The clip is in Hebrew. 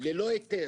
ללא היתר,